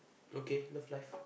okay love life